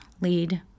lead